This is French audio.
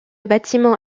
bâtiment